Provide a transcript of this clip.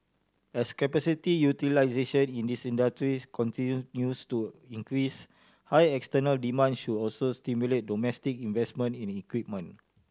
as capacity utilisation in industries continues to increase high external demand should also stimulate domestic investment in equipment